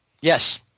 Yes